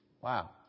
wow